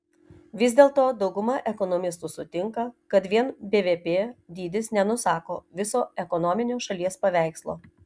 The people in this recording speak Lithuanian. vis dėlto dauguma ekonomistų sutinka kad vien bvp dydis nenusako viso ekonominio šalies paveikslo